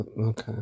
Okay